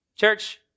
Church